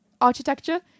architecture